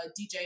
DJ